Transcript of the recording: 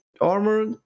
armor